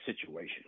situation